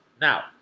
Now